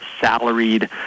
salaried